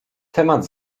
temat